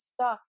stuck